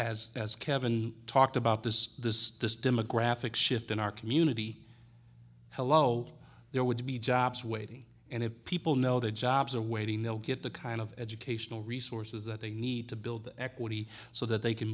as as kevin talked about this this this demographic shift in our community hello there would be jobs waiting and if people know that jobs are waiting they'll get the kind of educational resources that they need to build equity so that they can